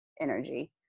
energy